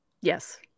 Yes